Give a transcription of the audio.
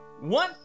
One